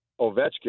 Ovechkin